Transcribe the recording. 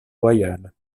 royales